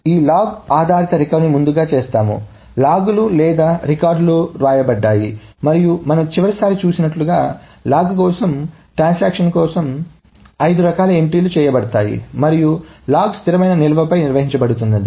మనము ఈ లాగ్ ఆధారిత రికవరీని ముందుగా చేస్తాము లాగ్లు లేదా రికార్డులు వ్రాయబడ్డాయి మరియు మనము చివరిసారి చూసినట్లుగా లాగ్ కోసం ట్రాన్సాక్షన్ కోసం ఐదు రకాల ఎంట్రీలు చేయబడతాయి మరియు లాగ్ స్థిరమైన నిల్వపై నిర్వహించబడుతుంది